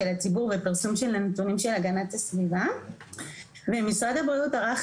הציבור ופרסום של הנתונים של הגנת הסביבה ומשרד הבריאות ערך